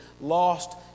lost